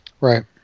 Right